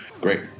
Great